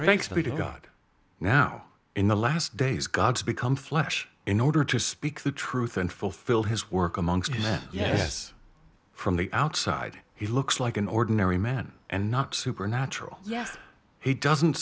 speak to god now in the last days god to become flesh in order to speak the truth and fulfill his work amongst us yes from the outside he looks like an ordinary man and not supernatural yet he doesn't